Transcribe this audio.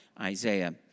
Isaiah